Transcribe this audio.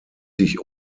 sich